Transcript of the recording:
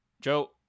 Joe